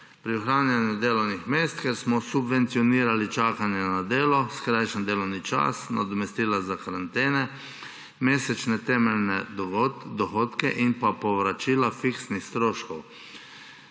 pri ohranjanju delovnih mest, kjer smo subvencionirali čakanje na delo, skrajšani delovni čas, nadomestila za karantene, mesečne temeljne dohodke in povračila fiksnih stroškov.